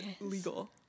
legal